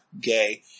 gay